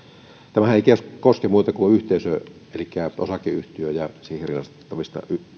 tämähän ei koske muita kuin yhteisöjä elikkä osakeyhtiöitä ja siihen rinnastettavia